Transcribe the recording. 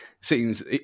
seems